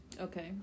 Okay